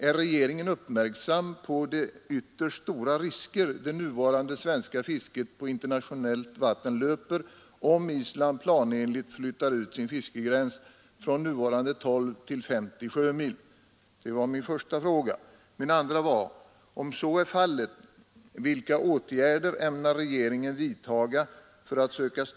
Är regeringen uppmärksam på de ytterst stora risker det nuvarande svenska fisket på internationellt vatten löper om Island planenligt flyttar ut sin fiskegräns från nuvarande 12 till 50 sjömil? 3.